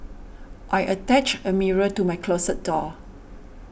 I attached a mirror to my closet door